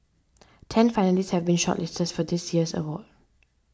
ten finalists have been shortlisted for this year's award